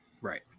right